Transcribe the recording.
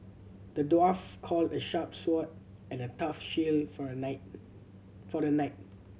the dwarf call a sharp sword and a tough shield for a knight for the knight